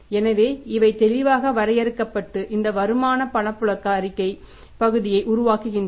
எனவே இவை தெளிவாக வரையறுக்கப்பட்டு இந்த வருமான பணப்புழக்க அறிக்கை பகுதியை உருவாக்குகின்றன